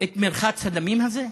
את מרחץ הדמים הזה?